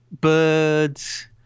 birds